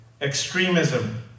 extremism